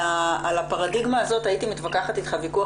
על הפרדיגמה הזאת הייתי מתווכחת איתך ויכוח